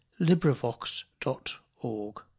LibriVox.org